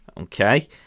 Okay